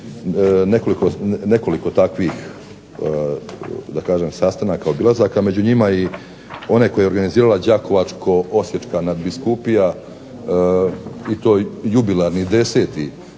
nekoliko takvih da kažem sastanaka, obilazaka, među njima i onaj koji je organizirala Đakovačko-osječka nadbiskupija i to jubilarni 10.